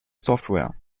software